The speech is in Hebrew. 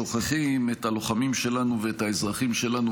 אנחנו שוכחים את הלוחמים שלנו ואת האזרחים שלנו,